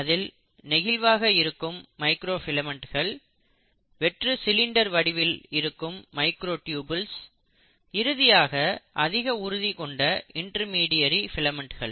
அதிக நெகிழ்வாக இருக்கும் மைக்ரோ ஃபிலமெண்ட்கள் வெற்று சிலிண்டர் வடிவில் இருக்கும் மைக்ரோடியுபுல்ஸ் இறுதியாக அதிக உறுதி கொண்ட இன்டர்மீடியரி ஃபிலமெண்ட்கள்